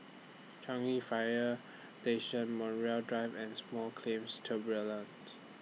Changi Fire Station Montreal Drive and Small Claims Tribunals